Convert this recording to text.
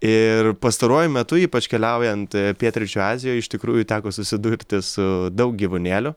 iiir pastaruoju metu ypač keliaujant pietryčių azijoj iš tikrųjų teko susidurti su daug gyvūnėlių